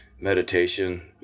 meditation